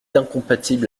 incompatible